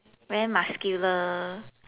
very muscular